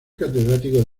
catedrático